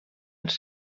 els